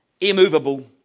immovable